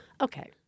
okay